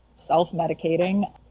self-medicating